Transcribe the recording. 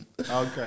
Okay